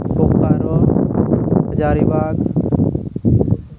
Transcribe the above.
Bokaro Hazaribagh